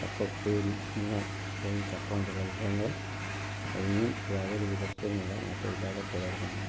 ചക്ക ഉപ്പേരി അങ്ങനെ പോയി ചക്ക കൊണ്ടുള്ള വിഭവങ്ങൾ അതിന്നും യാതൊരു വിധത്തിലുമുള്ള മാറ്റവും ഇല്ലാതെ തുടരുന്ന ഒന്നാണ്